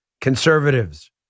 conservatives